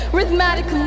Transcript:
Rhythmatic